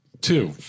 Two